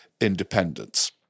independence